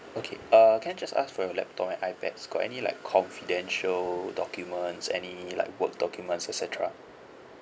okay err can I just ask for your laptop and ipads got any like confidential documents any like work documents et cetera